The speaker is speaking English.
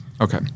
Okay